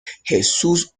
jesús